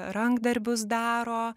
rankdarbius daro